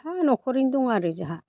फिसा न'खरैनो दं आरो जाहा